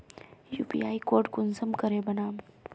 UPI code कुंसम करे बनाम?